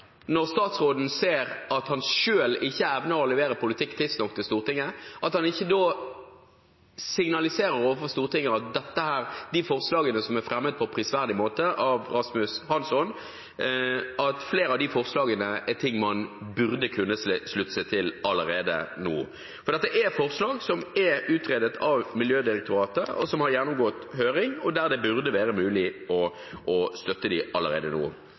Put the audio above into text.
statsråden, når han ser at han selv ikke evner å levere politikk tidsnok til Stortinget, signaliserer overfor Stortinget at flere av forslagene som er fremmet på prisverdig måte av Rasmus Hansson, er noe man burde kunne slutte seg til allerede nå. For dette er forslag som er utredet av Miljødirektoratet, og som har gjennomgått høring, og som det burde være mulig å støtte allerede nå.